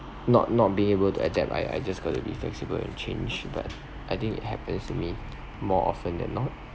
not not being able to adapt I I just got to be flexible and change but I think it happens to me more often than not